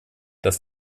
dass